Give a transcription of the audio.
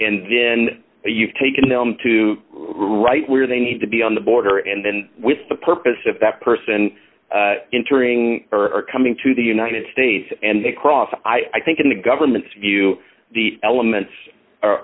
and then you've taken them to right where they need to be on the border and then with the purpose of that person entering or are coming to the united states and they cross i think in the government's view the elements are